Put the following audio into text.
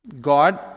God